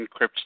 encrypts